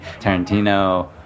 Tarantino